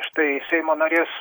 štai seimo narės